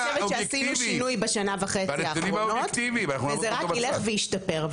אני חושבת שעשינו שינוי בשנה וחצי האחרונות וזה רק ילך וישתפר.